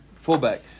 Fullback